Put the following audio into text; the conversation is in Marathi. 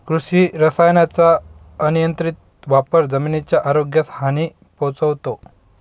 कृषी रसायनांचा अनियंत्रित वापर जमिनीच्या आरोग्यास हानी पोहोचवतो